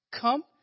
come